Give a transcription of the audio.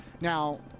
Now